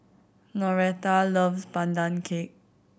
Noreta loves Pandan Cake